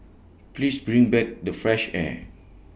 please bring back the fresh air